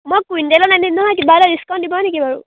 মই কুইন্টেলত আনিম নহয় কিবা এটা ডিচকাউন্ট দিব নেকি বাৰু